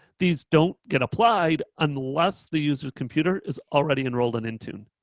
these don't get applied unless the user's computer is already enrolled in intune.